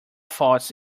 faults